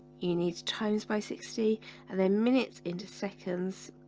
you need times by sixty and then minutes into seconds